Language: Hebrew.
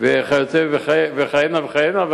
כהנה וכהנה.